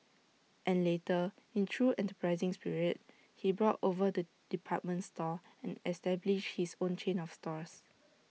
and later in true enterprising spirit he brought over the department store and established his own chain of stores